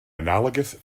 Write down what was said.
analogous